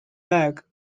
bag